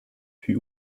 fut